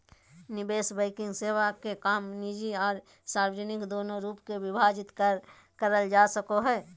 निवेश बैंकिंग सेवा के काम निजी आर सार्वजनिक दोनों रूप मे विभाजित करल जा सको हय